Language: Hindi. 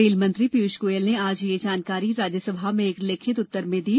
रेल मंत्री पीयूष गोयल ने आज यह जानकारी राज्यसभा में एक लिखित उत्तर में दी